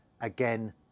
again